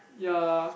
ya